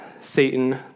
Satan